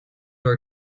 our